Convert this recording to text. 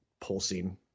pulsing